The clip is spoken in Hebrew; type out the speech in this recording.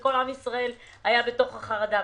וכל עם ישראל היה בתוך החרדה,